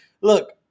look